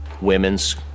women's